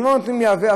אנחנו לא נותנים לייבא,